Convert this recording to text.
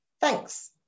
Thanks